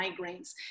migraines